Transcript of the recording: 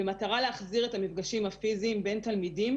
במטרה להחזיר את המפגשים הפיזיים בין תלמידים